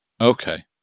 Okay